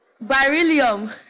Beryllium